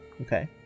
Okay